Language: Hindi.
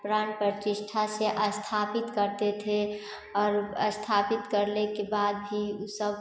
प्राण प्रतिष्ठा से अस्थापित करते थे और अस्थापित करने के बाद भी वह सब